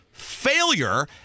failure